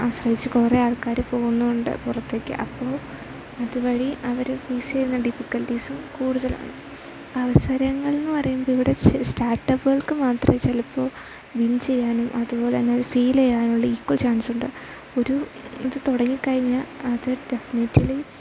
ആശ്രയിച്ചു കുറേ ആൾക്കാർ പോകുന്നുണ്ട് പുറത്തേക്ക് അപ്പോൾ അതുവഴി അവർ ഫേസ് ചെയ്യുന്ന ഡിഫിക്കൽറ്റീസും കൂടുതലാണ് അവസരങ്ങൾ എന്നു പറയുമ്പോൾ ഇവിടെ സ്റ്റാർട്ടപ്പുകൾക്ക് മാത്രമേ ചിലപ്പോൾ വിൻ ചെയ്യാനും അതുപോല തന്നെ ഫീ ൽ ചെയ്യാനുള്ള ഈക്വൽ ചാൻസ് ഉണ്ട് ഒരു ഇത് തുടങ്ങി കഴിഞ്ഞാൽ അത് ഡെഫിനിറ്റലി